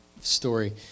story